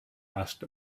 asked